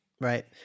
right